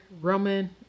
Roman